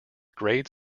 grade